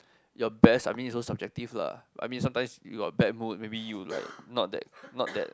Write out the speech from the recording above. your best I mean it's also subjective lah I mean sometimes you're bad mood maybe you like not that not that